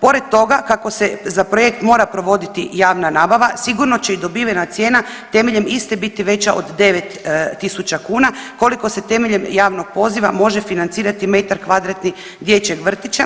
Pored toga kako se za projekt mora provoditi javna nabava sigurno će i dobivena cijena temeljem iste biti veća od 9 tisuća kuna koliko se temeljem javnog poziva može financirati metar kvadratni dječjeg vrtića,